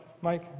Mike